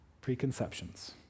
preconceptions